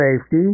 safety